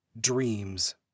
Dreams